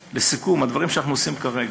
לסיכום, הדברים שאנחנו עושים כרגע: